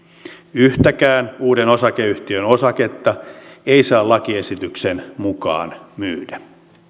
yhtäkään uuden osakeyhtiön osaketta ei saa lakiesityksen mukaan myydä